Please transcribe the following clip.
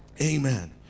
Amen